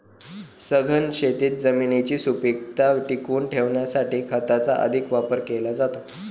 सघन शेतीत जमिनीची सुपीकता टिकवून ठेवण्यासाठी खताचा अधिक वापर केला जातो